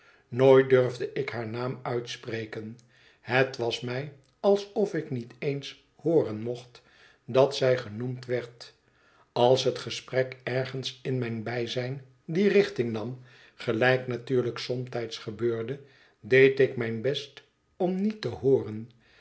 nooit durfde ik haar naam uitspreken het was mij alsof ik niet eens hooren mocht dat zij genoemd werd als het gesprek ergens in mijn bijzijn die richting nam gelijk natuurlijk somtijds gebeurde deed ik mijn best om niet te hooren